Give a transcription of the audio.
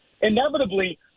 inevitably